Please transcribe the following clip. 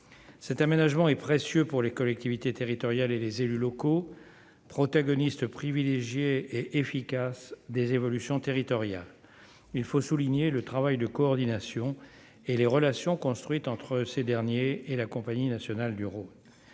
cet aménagement est précieux pour les collectivités territoriales et les élus locaux protagonistes privilégiés et efficace des évolutions territoriale, il faut souligner le travail de coordination et les relations construites entre ces derniers et la Compagnie nationale du Rhône,